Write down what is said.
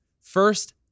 First